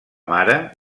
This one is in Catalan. mare